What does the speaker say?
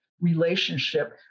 relationship